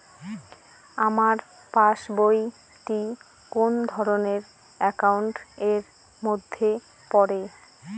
আমার পাশ বই টি কোন ধরণের একাউন্ট এর মধ্যে পড়ে?